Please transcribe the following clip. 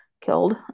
killed